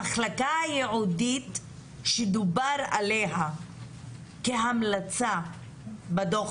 המחלקה הייעודית שדובר עליה כהמלצה בדוח